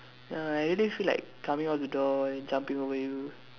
ya I really feel like coming out the door and jumping over you